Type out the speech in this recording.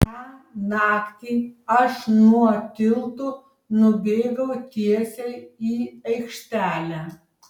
tą naktį aš nuo tilto nubėgau tiesiai į aikštelę